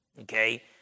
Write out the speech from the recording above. Okay